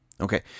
Okay